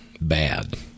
bad